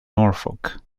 norfolk